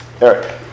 Eric